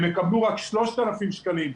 הם יקבלו רק 3,000 שקלים,